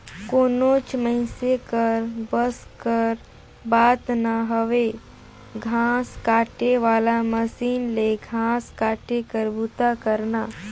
कोनोच मइनसे कर बस कर बात ना हवे घांस काटे वाला मसीन ले घांस काटे कर बूता करना